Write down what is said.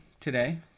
today